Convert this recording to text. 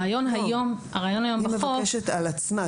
לא, היא מבקשת על עצמה.